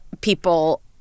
people